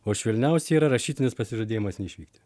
o švelniausia yra rašytinis pasižadėjimas neišvykti